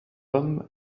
homme